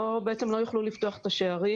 בעצם לא יוכלו לפתוח את השערים.